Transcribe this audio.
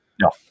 No